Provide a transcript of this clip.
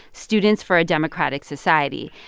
students for a democratic society,